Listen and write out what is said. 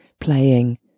playing